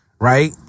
Right